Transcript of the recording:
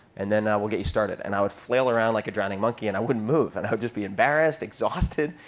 and then we'll get you started. and i would flail around like a drowning monkey. and i wouldn't move. and i would just be embarrassed, exhausted.